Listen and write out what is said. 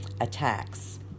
attacks